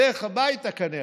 בדרך הביתה, כנראה,